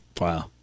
Wow